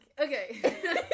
Okay